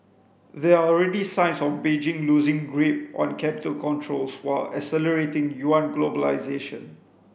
there are already signs of Beijing loosing grip on capital controls while accelerating yuan globalisation